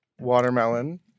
watermelon